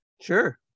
Sure